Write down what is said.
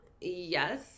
Yes